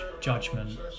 judgment